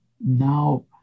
now